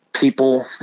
People